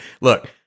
look